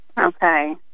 Okay